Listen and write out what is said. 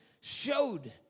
showed